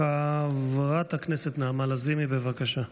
חברת הכנסת נעמה לזימי, בבקשה.